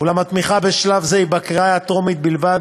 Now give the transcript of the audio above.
אולם התמיכה בשלב זה היא בקריאה הטרומית בלבד.